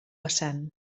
vessant